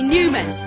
Newman